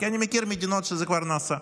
כי אני מכיר מדינות שזה כבר נעשה בהן.